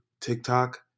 TikTok